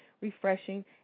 refreshing